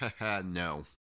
no